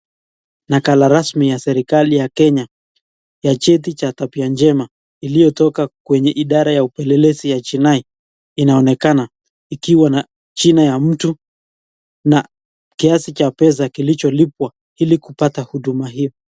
Nakala rasmi ya serikali ya Kenya ya cheti cha tabia njema iliyotoka kwenye idara ya upelelezi ya jinai, inaonekana ikiwa na jina ya mtu na kiasi cha pesa kilicho lipwa ili kupata huduma hiyo.